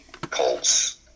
Colts